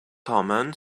thomen